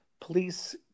police